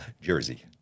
jersey